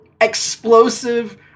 explosive